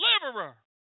deliverer